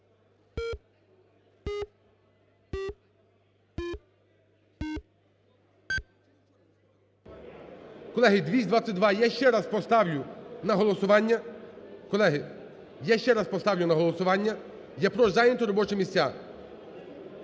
Колеги, 222. Я ще раз поставлю на голосування. Колеги, я ще раз поставлю на голосування. Я прошу зайняти робочі місця.